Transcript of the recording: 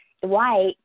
white